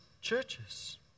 churches